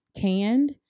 canned